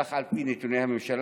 כך על פי נתוני הממשלה.